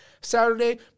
Saturday